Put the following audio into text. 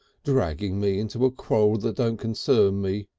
dragging me into a quarrel that don't concern me.